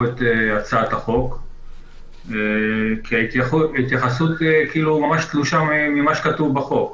את הצעת החוק כי ההתייחסות ממש תלושה ממה שכתוב בחוק.